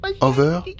over